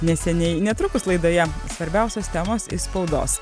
neseniai netrukus laidoje svarbiausios temos iš spaudos